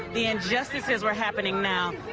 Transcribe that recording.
the injustices are happening now,